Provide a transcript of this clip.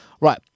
Right